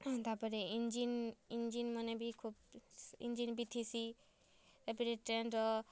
ତା'ର୍ପରେ engine engine ମାନେ ବି ଖୁବ୍ ଇଞ୍ଜିନ୍ ବି ଥିସି ତା'ର୍ପରେ ଟ୍ରେନ୍ର